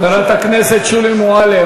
חברת הכנסת שולי מועלם,